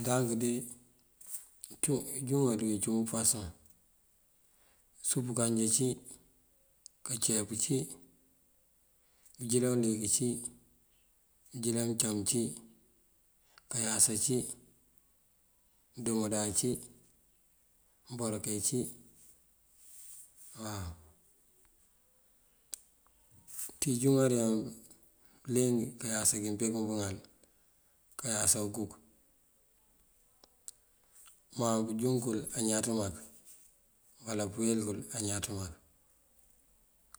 Ndank de ijúŋar aruka cum ngëfasoŋ: súup kanja cí, kanceep cí, ujëlan uliyëk cí, ujëlan mëncam cí, kayása cí, domanda cí, mboroke cí waw. Ţí ijúŋar yaŋ bëliyëng kayása kí mëpee kun pëŋal, kayása uguk. Má pëjúŋ kël añaţ mak uwala uwín wul añaţ mak.